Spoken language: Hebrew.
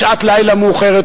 בשעת לילה מאוחרת,